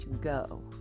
go